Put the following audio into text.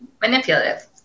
manipulative